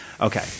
Okay